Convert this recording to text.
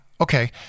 Okay